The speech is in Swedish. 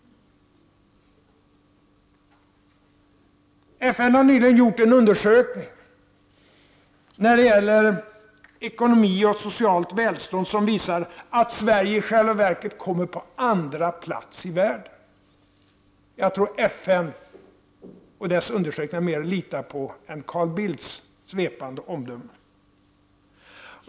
FN har nyligen genomfört en undersökning om ekonomi och socialt välstånd som visar att Sverige i själva verket kommer på andra plats i världen. Jag tror att FN och dess undersökningar är mer att lita på än Carl Bildts svepande omdömen.